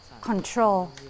control